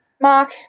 Mark